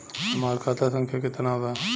हमार खाता संख्या केतना बा?